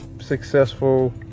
successful